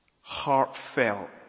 heartfelt